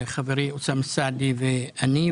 חברי אוסאמה סעדי ואני,